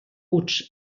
huts